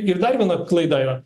ir dar viena klaida yra